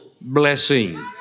blessing